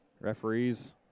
Referees